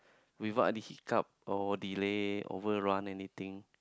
we won't either hit up or delay over run anything